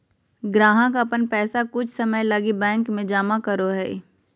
ग्राहक अपन पैसा कुछ समय लगी बैंक में जमा करो हइ